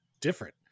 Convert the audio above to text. different